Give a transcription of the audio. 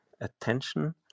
attention